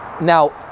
Now